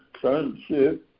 friendship